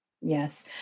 Yes